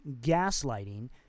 gaslighting